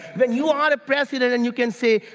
when you are the president and you can say,